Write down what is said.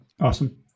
Awesome